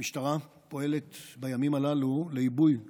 המשטרה פועלת בימים הללו לעיבוי כוחותיה,